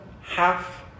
half